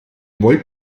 wollt